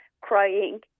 crying